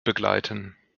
begleiten